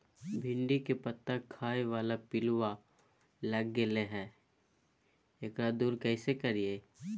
भिंडी के पत्ता खाए बाला पिलुवा लग गेलै हैं, एकरा दूर कैसे करियय?